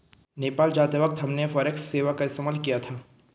नेपाल जाते वक्त हमने फॉरेक्स सेवा का इस्तेमाल किया था